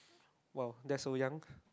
!wow! that's so young